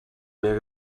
mehr